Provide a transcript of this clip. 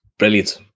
brilliant